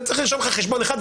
אני צריך לרושם לך חשבון אחד,